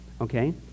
Okay